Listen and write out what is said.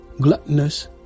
gluttonous